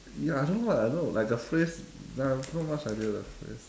ya I don't know what I don't know like the phrase like I have not much idea the phrase